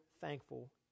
thankful